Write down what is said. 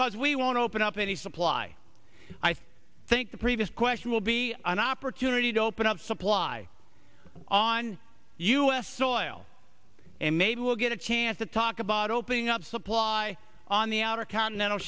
because we won't open up any supply i think the previous question will be an opportunity to open up supply on us soil and maybe we'll get a chance to talk about opening up supply on the outer continental